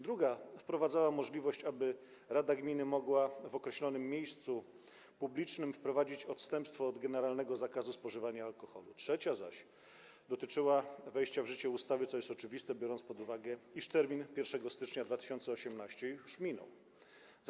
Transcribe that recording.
Druga poprawka wprowadza możliwość, aby rada gminy mogła w określonym miejscu publicznym wprowadzić odstępstwo od generalnego zakazu spożywania alkoholu, trzecia zaś dotyczy wejścia w życie ustawy, co jest oczywiste, biorąc pod uwagę, iż termin 1 stycznia 2018 r. już minął.